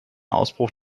ausbruch